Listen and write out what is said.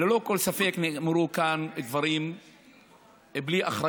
ואאל יונס לעלות למעלה לדבר בהבעת